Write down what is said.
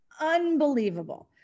unbelievable